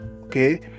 okay